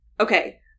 Okay